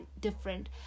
different